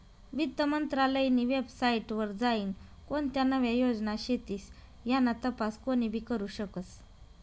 वित्त मंत्रालयनी वेबसाईट वर जाईन कोणत्या नव्या योजना शेतीस याना तपास कोनीबी करु शकस